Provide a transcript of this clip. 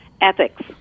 ethics